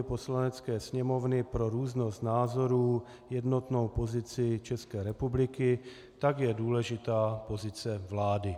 Poslanecké sněmovny pro různost názorů jednotnou pozici České republiky, tak je důležitá pozice vlády.